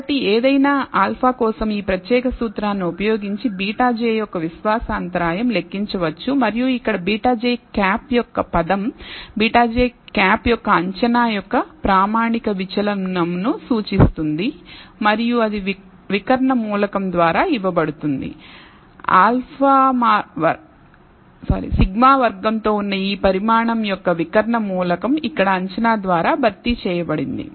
కాబట్టి ఏదైనా ఇచ్చిన α కోసం ఈ ప్రత్యేక సూత్రాన్ని ఉపయోగించి βj యొక్క విశ్వాస అంతరాయం లెక్కించవచ్చు మరియు ఇక్కడ β̂j యొక్క పదం β̂j యొక్క అంచనా యొక్క ప్రామాణిక విచలనం ను సూచిస్తుంది మరియు అది వికర్ణ మూలకం ద్వారా ఇవ్వబడుతుంది σ వర్గం తో ఉన్న ఈ పరిమాణం యొక్క వికర్ణ మూలకం ఇక్కడ అంచనా ద్వారా భర్తీ చేయబడింది